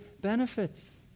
benefits